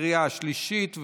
בקריאה השלישית,